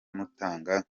mutanga